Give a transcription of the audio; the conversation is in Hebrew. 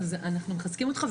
אנחנו מחזקים אותך.